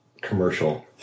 commercial